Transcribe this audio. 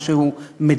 במה שהוא מדינה,